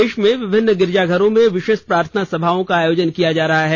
देश में विभिन्न गिरजाघरों में विशेष प्रार्थना सभाओं का आयोजन किया जा रहा है